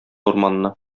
урманны